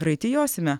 raiti josime